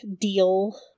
deal